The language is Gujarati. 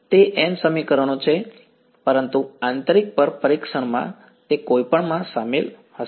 તે n સમીકરણો છે પરંતુ આંતરિક પર પરીક્ષણમાં તે કોઈપણ શામેલ હશે